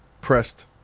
pressed